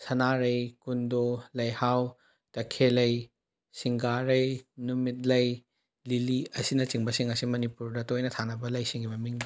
ꯁꯅꯥꯔꯩ ꯀꯨꯟꯗꯣ ꯂꯩꯍꯥꯎ ꯇꯈꯦꯜꯂꯩ ꯁꯤꯡꯒꯥꯔꯩ ꯅꯨꯃꯤꯠꯂꯩ ꯂꯤꯂꯤ ꯑꯁꯤꯅꯆꯤꯡꯕꯁꯤꯡ ꯑꯁꯤ ꯃꯅꯤꯄꯨꯔꯗ ꯇꯣꯏꯅ ꯊꯥꯅꯕ ꯂꯩꯁꯤꯡꯒꯤ ꯃꯃꯤꯡꯅꯤ